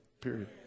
period